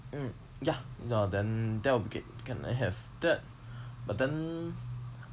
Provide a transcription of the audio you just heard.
mm ya uh then that would be great can I have that but then